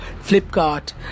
Flipkart